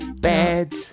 Bed